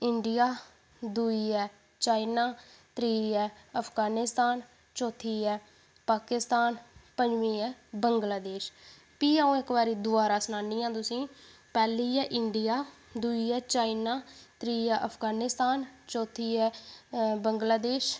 India दूई ऐ China त्री ऐ अफगानिस्तान चौथी ऐ पाकिस्तान पंजमीं ऐ बंगलादेश फ्ही इक बारी दुबारा सनानी आं तुसें ई पैह्ली ऐ इंडिया दूई ऐ चाइना त्री ऐ अफगानिस्तान चौथी ऐ बंगलादेश